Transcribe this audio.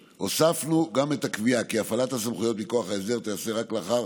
הוספנו גם את הקביעה כי הפעלת הסמכויות מכוח ההסדר תיעשה רק לאחר